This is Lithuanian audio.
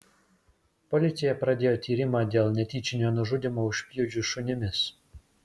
policija pradėjo tyrimą dėl netyčinio nužudymo užpjudžius šunimis